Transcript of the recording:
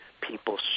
people